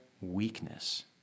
weakness